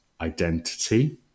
identity